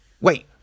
wait